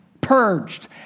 purged